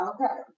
Okay